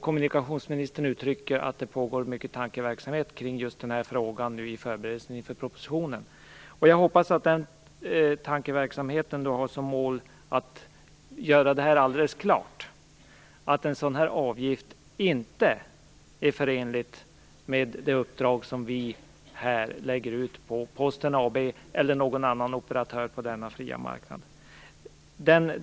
Kommunikationsministern uttrycker att det pågår stor tankeverksamhet kring denna fråga i förberedelsen inför propositionen. Jag hoppas att tankeverksamheten har som mål att göra det alldeles klart att en sådan här avgift inte är förenlig med det uppdrag som riksdagen har lagt på Posten AB eller någon annan operatör på denna fria marknad.